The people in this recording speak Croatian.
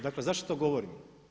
Dakle, zašto to govorim.